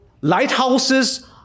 lighthouses